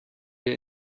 wir